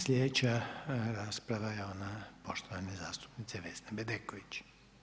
Sljedeća rasprava je ona poštovane zastupnice Vesne Bedeković.